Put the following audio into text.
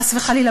חס וחלילה,